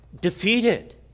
defeated